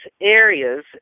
areas